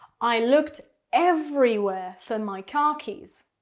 i looked everywhere for my car keys